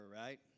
right